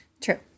True